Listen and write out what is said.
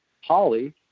holly